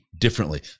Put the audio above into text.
differently